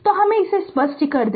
तो हम इसे स्पष्ट कर दे